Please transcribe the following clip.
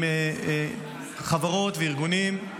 תהליכים עם חברות וארגונים,